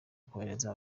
kohereza